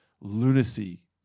lunacy